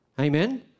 Amen